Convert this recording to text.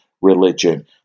religion